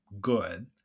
good